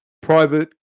private